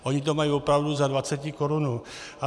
Ony to mají opravdu za dvacetikorunu.